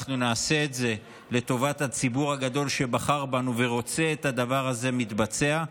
אנחנו נעשה את זה לטובת הציבור הגדול שבחר בנו ורוצה שהדבר הזה יתבצע,